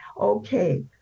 okay